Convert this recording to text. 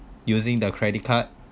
using the credit card